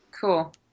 Cool